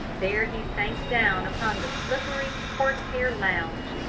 there he sank down upon the slippery horsehair lounge,